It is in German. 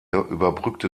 überbrückte